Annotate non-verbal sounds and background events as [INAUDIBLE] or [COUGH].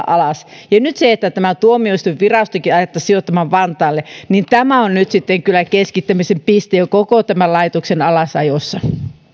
[UNINTELLIGIBLE] alas ja nyt se että tämä tuomioistuinvirastokin aiottaisiin sijoittaa vantaalle on sitten kyllä keskittämisen piste koko tämän laitoksen alasajossa